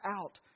out